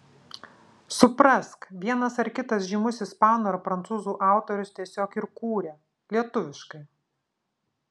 suprask vienas ar kitas žymus ispanų ar prancūzų autorius tiesiog ir kūrė lietuviškai